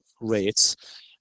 rates